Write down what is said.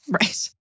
Right